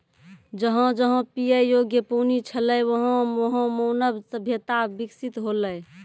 जहां जहां पियै योग्य पानी छलै वहां वहां मानव सभ्यता बिकसित हौलै